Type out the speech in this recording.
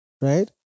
Right